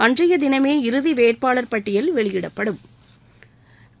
அன்றைய தினமே இறுதி வேட்பாளர் பட்டியல் வெளியிடப்படவுள்ளது